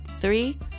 three